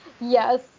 Yes